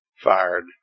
fired